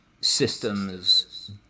systems